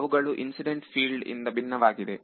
ಅವುಗಳು incident field ಇಂದ ಭಿನ್ನವಾಗಿದೆ